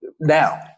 now